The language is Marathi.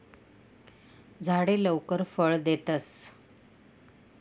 झाडे लवकर फळ देतस